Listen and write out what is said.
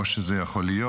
או שזה יכול להיות.